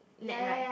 net right